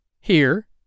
Here